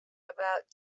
about